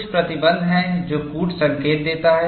कुछ प्रतिबंध हैं जो कूट संकेत देता है